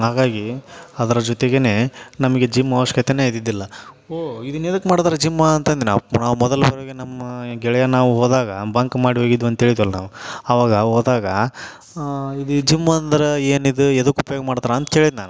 ಹಾಗಾಗಿ ಅದರ ಜೊತೆಗೇ ನಮಗೆ ಜಿಮ್ ಅವಶ್ಕತೆಯೇ ಇದ್ದಿದ್ದಿಲ್ಲ ಓಹ್ ಇದನ್ನು ಏತಕ್ ಮಾಡಿದಾರ ಜಿಮ್ಮ ಅಂತಂದೆ ನಾವು ನಾವು ಮೊದಲು ನಮ್ಮ ಗೆಳೆಯ ನಾವು ಹೋದಾಗ ಬಂಕ್ ಮಾಡಿ ಹೋಗಿದ್ವಿ ಅಂತ ಹೇಳಿದ್ವಲ್ಲ ನಾವು ಅವಾಗ ಹೋದಾಗ ಇದು ಜಿಮ್ ಅಂದ್ರೆ ಏನಿದು ಯಾದುಕ್ ಉಪ್ಯೋಗ ಮಾಡ್ತಾರೆ ಅಂತ ಕೇಳಿದ್ದೆ ನಾನು